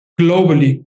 globally